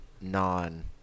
non-